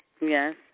Yes